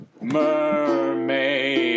mermaid